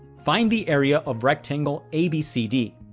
find the area of rectangle abcd.